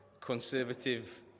conservative